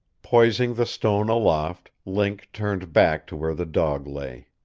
poising the stone aloft, link turned back to where the dog lay.